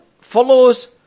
follows